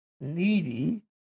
needy